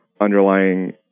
underlying